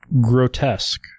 grotesque